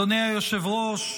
אדוני היושב-ראש,